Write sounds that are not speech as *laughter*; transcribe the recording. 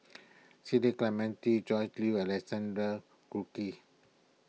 City Clementi *unintelligible* Jue and Alexander Guthrie